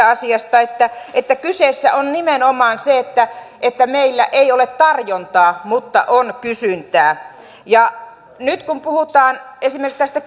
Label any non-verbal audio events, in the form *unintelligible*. *unintelligible* asiasta että että kyseessä on nimenomaan se että että meillä ei ole tarjontaa mutta on kysyntää nyt kun puhutaan esimerkiksi tästä *unintelligible*